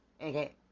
Okay